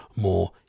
more